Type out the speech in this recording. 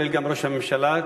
כולל ראש הממשלה,